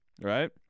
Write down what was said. Right